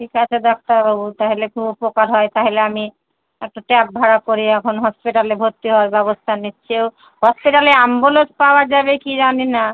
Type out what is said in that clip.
ঠিক আছে ডাক্তারবাবু তাহালে খুব উপকার হয় তাহলে আমি একটা ক্যাব ভাড়া করে এখন হসপিটালে ভর্তি হওয়ার ব্যবস্থা নিচ্ছি হসপিটালে আম্বুলেন্স পাওয়া যাবে কি জানি না